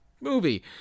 movie